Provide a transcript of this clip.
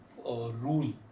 rule